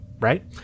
Right